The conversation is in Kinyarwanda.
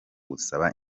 gusaba